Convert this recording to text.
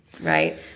right